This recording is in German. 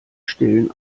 stillen